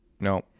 No